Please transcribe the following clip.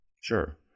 Sure